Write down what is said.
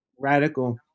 radical